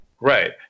Right